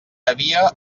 havia